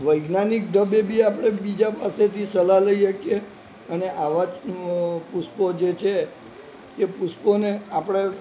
વૈજ્ઞાનિકે ઢબે બી પણ આપણે બીજા પાસેથી સલાહ લઈએ કે અને આવા જ પુષ્પો જે છે એ પુષ્પોને આપણે